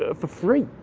ah for free.